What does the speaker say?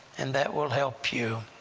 and that will help you,